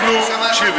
גברתי,